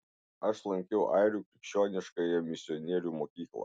aš lankiau airių krikščioniškąją misionierių mokyklą